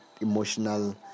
emotional